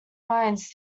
minds